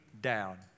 down